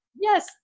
Yes